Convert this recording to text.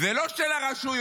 זה לא של הרשויות,